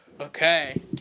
Okay